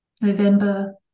November